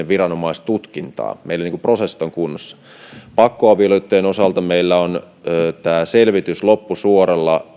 viranomaistutkintaan meillä prosessit ovat kunnossa pakkoavioliittojen osalta meillä on loppusuoralla